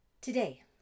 today